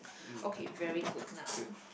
okay very good now